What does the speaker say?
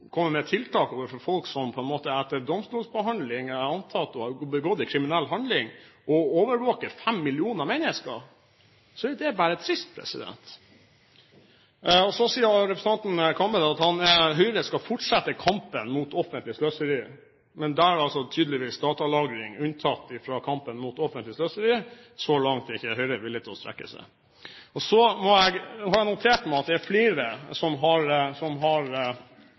komme med tiltak overfor folk som etter domstolsbehandling antas å ha begått en kriminell handling, og det å overvåke 5 mill. mennesker, så er det bare trist. Representanten Kambe sier at Høyre skal fortsette kampen mot offentlig sløseri, men datalagring er tydeligvis unntatt fra kampen mot offentlig sløseri – så langt er ikke Høyre villig til å strekke seg. Jeg har notert meg at det er flere som har angrepet min kollega Hoksrud for at han trekker inn Stasi. Stasi fikk til mye som